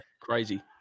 crazy